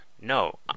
No